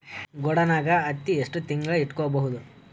ಗೊಡಾನ ನಾಗ್ ಹತ್ತಿ ಎಷ್ಟು ತಿಂಗಳ ಇಟ್ಕೊ ಬಹುದು?